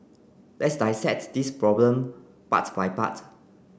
let's dissect this problem part by part